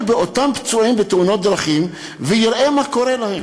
באותם פצועים מתאונות דרכים ויראה מה קורה להם.